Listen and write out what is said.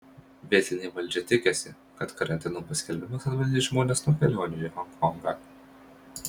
vietinė valdžia tikisi kad karantino paskelbimas atbaidys žmones nuo kelionių į honkongą